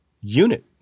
unit